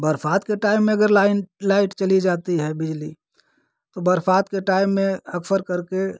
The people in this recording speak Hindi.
बरसात के टाइम में अगर लाइन लाइट चली जाती है बिजली तो बरसात के टाइम में अक्सर करके